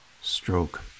Stroke